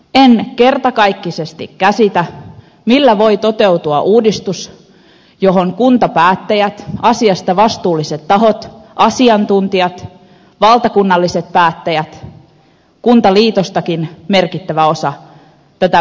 en kertakaikkisesti käsitä millä voi toteutua uudistus jota kuntapäättäjät asiasta vastuulliset tahot asiantuntijat valtakunnalliset päättäjät ja kuntaliitostakin merkittävä osa vastustavat